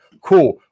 Cool